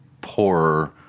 poorer